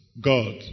God